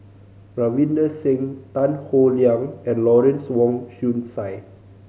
Ravinder Singh Tan Howe Liang and Lawrence Wong Shyun Tsai